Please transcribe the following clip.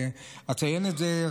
אציין את זה,